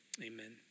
Amen